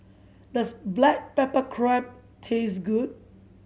does black pepper crab taste good